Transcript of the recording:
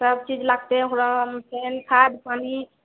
सबचीज लागतै फेन खाद्य पानि